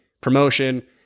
promotion